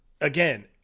again